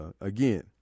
again